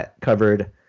covered